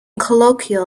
colloquial